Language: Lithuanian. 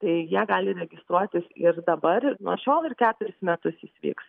tai jie gali registruotis ir dabar nuo šiol ir keturis metus jis vyks